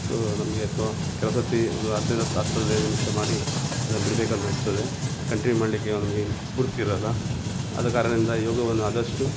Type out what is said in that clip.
ಮತ್ತು ನಮಗೆ ಅಥ್ವಾ ಕೆಲವು ಸತಿ ಒಂದು ಹದಿನೈದು ಹತ್ತು ಹತ್ತು ಹದಿನೈದು ನಿಮಿಷ ಮಾಡಿ ಅದನ್ನು ಬಿಡ್ಬೇಕು ಅಂತ ಅನ್ನಿಸ್ತದೆ ಕಂಟಿನ್ಯೂ ಮಾಡಲಿಕ್ಕೆ ನಮಗೆ ಸ್ಫೂರ್ತಿ ಇರಲ್ಲ ಆದ ಕಾರಣದಿಂದ ಯೋಗವನ್ನು ಆದಷ್ಟು